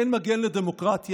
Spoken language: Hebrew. אין מגן לדמוקרטיה.